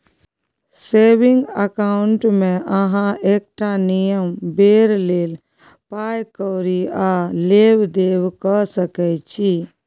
saving अकाउंटमे अहाँ एकटा नियत बेर लेल पाइ कौरी आ लेब देब कअ सकै छी